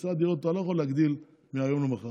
את היצע דירות אתה לא יכול להגדיל מהיום למחר,